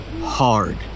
hard